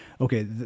Okay